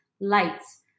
lights